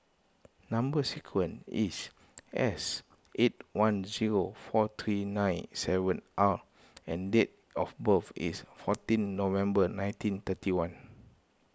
Number Sequence is S eight one zero four three nine seven R and date of birth is fourteen November nineteen thirty one